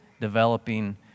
developing